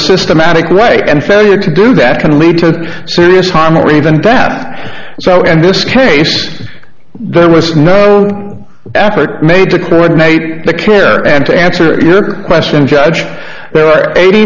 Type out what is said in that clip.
systematic way and failure to do that can lead to serious harm or even bath so and this case there was no effort made to coordinate the care and to answer your question judge there are eighty